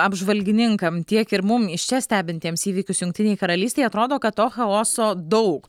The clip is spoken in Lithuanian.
apžvalgininkam tiek ir mum iš čia stebintiems įvykius jungtinėj karalystėj atrodo kad to chaoso daug